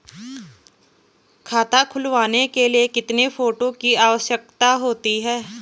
खाता खुलवाने के लिए कितने फोटो की आवश्यकता होती है?